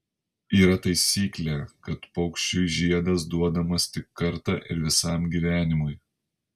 yra taisyklė kad paukščiui žiedas duodamas tik kartą ir visam gyvenimui